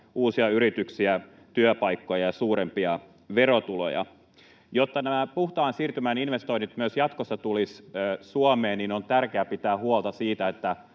uusia yrityksiä, työpaikkoja ja suurempia verotuloja. Jotta nämä puhtaan siirtymän investoinnit myös jatkossa tulisivat Suomeen, on tärkeää pitää huolta siitä,